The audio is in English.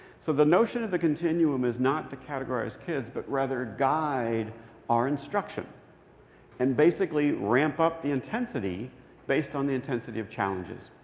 so the notion of the continuum is not to categorize kids but rather guide our instruction and basically ramp up the intensity based on the intensity of challenges.